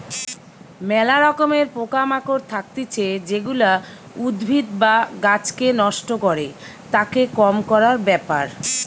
ম্যালা রকমের পোকা মাকড় থাকতিছে যেগুলা উদ্ভিদ বা গাছকে নষ্ট করে, তাকে কম করার ব্যাপার